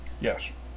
Yes